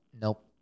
nope